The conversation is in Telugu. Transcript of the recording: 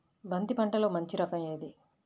బంతి పంటలో మంచి రకం ఏది?